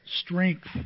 strength